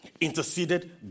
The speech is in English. Interceded